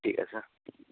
ঠিক আছে